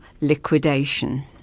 liquidation